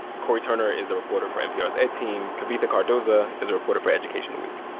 cory turner is a reporter for npr's ed team. kavitha cardoza is a reporter for education week.